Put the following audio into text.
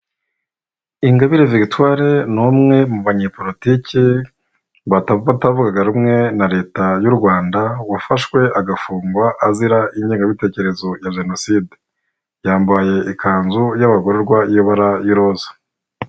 Ingabire Victoire ni umwe mu banyepolitiki, batavuga rumwe na leta y'u Rwanda, wafashwe agafungwa, azira ingengabitekerezo ya jenoside. Yambaye ikanzu y'abagororwa y'ibara y'iroza.